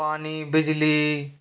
पानी बिजली